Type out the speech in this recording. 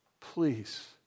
please